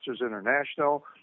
International